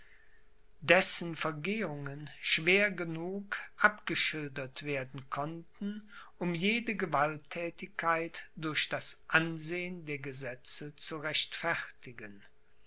dessen vergehungen schwer genug abgeschildert werden konnten um jede gewalttätigkeit durch das ansehen der gesetze zu rechtfertigen